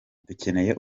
dukeneye